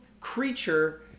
creature